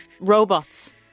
robots